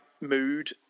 mood